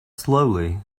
slowly